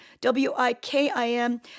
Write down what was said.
W-I-K-I-M